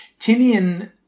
Tinian